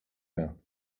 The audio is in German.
mehr